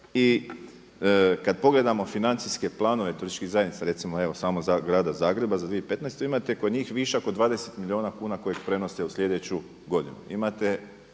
I kada pogledamo financijske planove turističkih zajednica, recimo samo grada Zagreba za 2015. imate kod njih višak od 20 milijuna kuna kojeg prenose u sljedeću godinu.